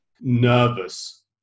nervous